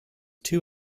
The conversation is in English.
two